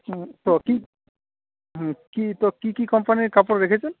হুম তো কী হুম তো কী কী কোম্পানির কাপড় রেখেছেন